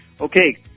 Okay